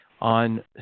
on